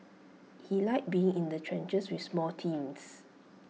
he liked being in the trenches with small teams